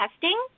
testing